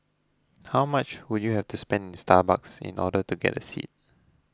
how much would you have to spend in Starbucks in order to get a seat